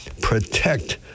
protect